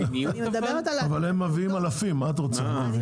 הם מביאים אלפים, אז מה את רוצה מהם.